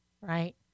Right